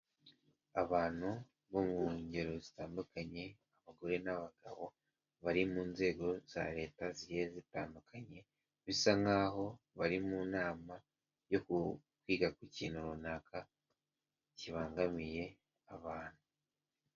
Abantu bo mu ngero zitandukanye abagore n'abagabo bari mu nzego za leta zigiye zitandukanye, bisa nk'aho bari mu nama yo kwiga ku kintu runaka kibangamiye abantu.